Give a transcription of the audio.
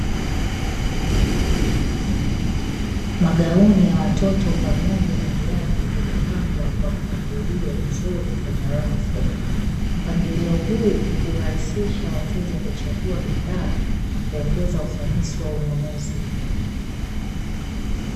Magauni ya watoto pamoja na viatu vimepangwa kwa mpangilio mzuri kwenye rafu, mpangilio huu hurahisisha wateja kuchagua bidhaa na kuongeza ufanisi wa ununuzi.